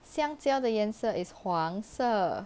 香蕉的颜色 is 黄色